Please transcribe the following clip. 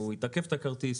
הוא יתקף את הכרטיס.